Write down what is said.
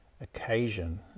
occasion